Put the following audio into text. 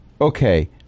Okay